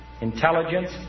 intelligence